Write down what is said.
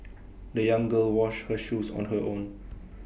the young girl washed her shoes on her own